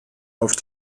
auf